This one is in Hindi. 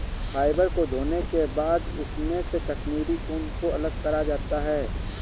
फ़ाइबर को धोने के बाद इसमे से कश्मीरी ऊन को अलग करा जाता है